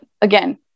again